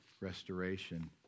restoration